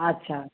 अच्छा